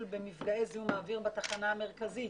במפגעי זיהום האוויר בתחנה המרכזית.